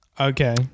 Okay